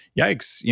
yikes. yeah